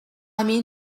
mean